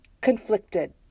conflicted